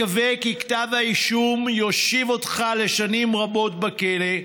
מקווה כי כתב האישום יושיב אותך לשנים רבות בכלא,